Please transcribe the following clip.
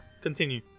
Continue